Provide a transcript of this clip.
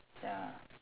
ya